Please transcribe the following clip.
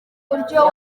uburyo